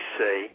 say